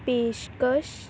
ਪੇਸ਼ਕਸ਼